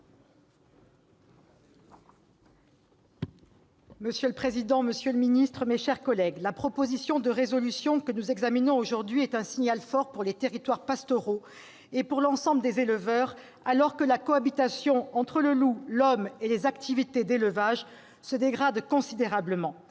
Monsieur le président, monsieur le ministre, mes chers collègues, la proposition de résolution que nous examinons aujourd'hui est un signal fort pour les territoires pastoraux et pour l'ensemble des éleveurs alors que la cohabitation entre le loup, l'homme et les activités d'élevage se dégrade considérablement.